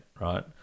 right